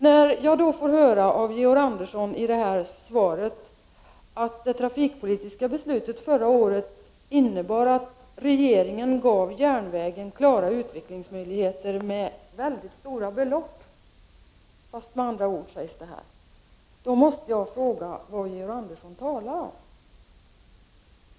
När jag får höra av Georg Andersson i svaret att det trafikpolitiska beslutet förra året innebar att regeringen gav SJ klara utvecklingsmöjligheter genom väldigt stora belopp — även om det uttrycks med andra ord — måste jag fråga vad Georg Andersson talar om.